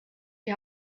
die